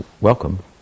welcome